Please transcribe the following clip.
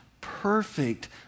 perfect